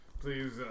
Please